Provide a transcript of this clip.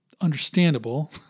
understandable